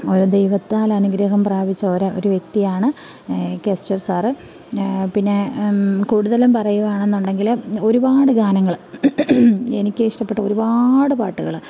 ഒര് ദൈവത്താൽ അനുഗ്രഹം പ്രാപിച്ച ഒരു വ്യക്തിയാണ് ഈ കെസ്റ്റർ സാറ് പിന്നെ കൂടുതലും പറയുവാണെന്നുണ്ടെങ്കില് ഒരുപാട് ഗാനങ്ങൾ എനിക്കിഷ്ടപ്പെട്ട ഒരുപാട് പാട്ടുകള്